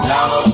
Now